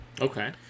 Okay